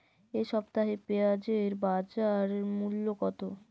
এ সপ্তাহে পেঁয়াজের বাজার মূল্য কত?